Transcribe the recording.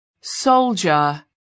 soldier